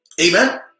Amen